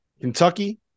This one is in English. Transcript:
Kentucky